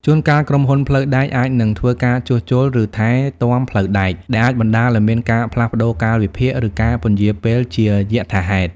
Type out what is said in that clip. ជួនកាល ក្រុមហ៊ុនផ្លូវដែកអាចនឹងធ្វើការជួសជុល ឬថែទាំផ្លូវដែក ដែលអាចបណ្ដាលឱ្យមានការផ្លាស់ប្តូរកាលវិភាគ ឬការពន្យារពេលជាយថាហេតុ។